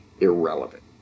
irrelevant